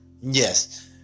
Yes